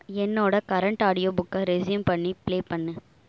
என்னோட current audio புக்கை resume பண்ணி ப்ளே பண்ணு